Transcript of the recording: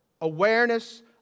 awareness